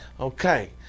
okay